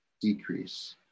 decrease